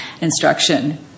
instruction